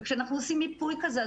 וכשאנחנו עושים מיפוי כזה,